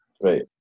Right